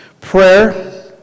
Prayer